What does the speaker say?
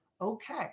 okay